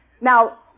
Now